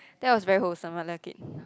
that was very who someone like it